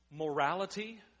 Morality